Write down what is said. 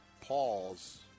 pause